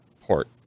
port